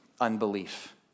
unbelief